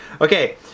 Okay